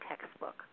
textbook